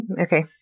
Okay